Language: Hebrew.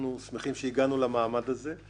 שום הגדרת מטרה